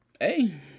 Hey